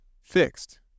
fixed